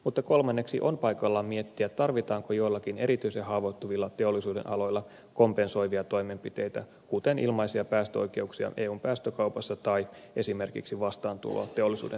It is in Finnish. mutta kolmanneksi on paikallaan miettiä tarvitaanko joillakin erityisen haavoittuvilla teollisuuden aloilla kompensoivia toimenpiteitä kuten ilmaisia päästöoikeuksia eun päästökaupassa tai esimerkiksi vastaantulo teollisuuden sähköverossa